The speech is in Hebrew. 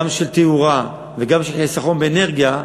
גם של תאורה וגם של חיסכון באנרגיה,